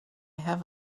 have